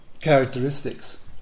characteristics